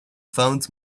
found